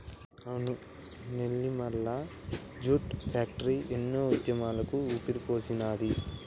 అవును Nellimarla jute factory ఎన్నో ఉద్యమాలకు ఊపిరిపోసినాది